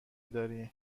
داری